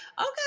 okay